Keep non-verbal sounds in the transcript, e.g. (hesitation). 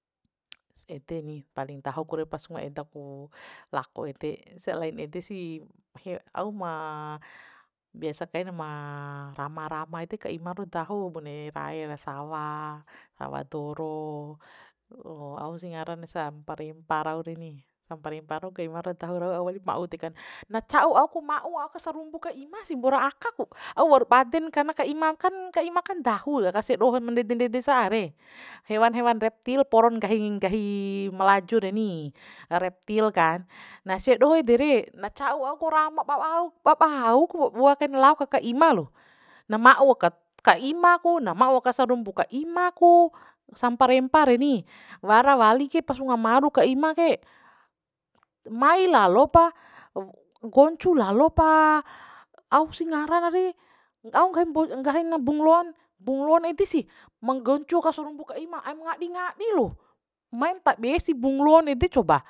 (noise) ede ni paling dahu ku re pas unga eda ku lako ede selain ede si (hesitation) au ma biasa kaina ma rama rama ede ka ima rau dahu bune rae ra sawa, sawa doro (hesitation) au sih ngaran samparempa rau reni samparempa rauke ima rau dahu au wali ma'u deka na ca'u au ku ma'u aka sarumbu ka ima sih mbora aka ku au waur baden karna ka imang kan ka imakan dahu ra sia doho ma ndede ndede sa re hewan hewan reptil poron nggahi nggahi malaju reni reptil kan na sia doho ede re na ca'u au ku rama (unintelligible) babau babau ku wloakain lao ka ka ima lo na ma'u ka ka ima ku na ma'u aka sarumbu ka ima ku samparempa re ni wara wali ke pas unga maru ka ima ke mai lalo pa (hesitation) nggoncu lalo mpa ausih ngarana re au nggahi (unintelligible) na bunglon bonglon ede sih ma nggoncu ka sarumbu ka ima aim ngadi ngadi lo maim ta be si bunglon ede coba